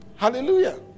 Hallelujah